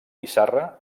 pissarra